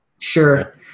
sure